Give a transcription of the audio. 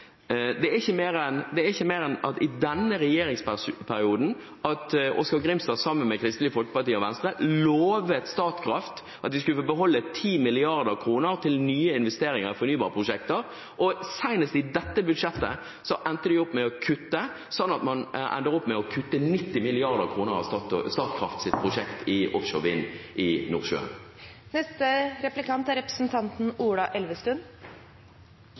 i denne regjeringsperioden lovet Oskar J. Grimstad, sammen med Kristelig Folkeparti og Venstre, Statkraft at de skulle få beholde 10 mrd. kr til nye investeringer i fornybarprosjekter, og så seint som i dette budsjettet endte de opp med å kutte, slik at man ender opp med å kutte 90 mrd. kr av Statkrafts prosjekt innenfor offshore vind i Nordsjøen. Jeg er enig med representanten